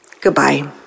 Goodbye